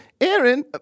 Aaron